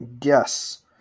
Yes